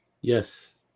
Yes